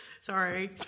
Sorry